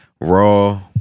Raw